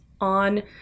on